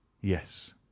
Yes